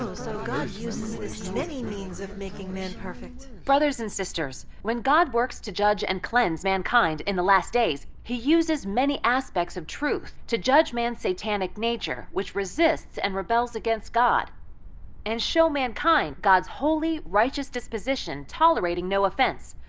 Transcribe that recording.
so uses this many means of making man perfect. brothers and sisters, when god works to judge and cleanse mankind in the last days, he uses many aspects of truth to judge man's satanic nature which resists and rebels against god and show mankind god's holy, righteous disposition tolerating no offense.